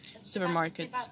supermarkets